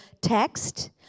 text